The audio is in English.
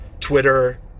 Twitter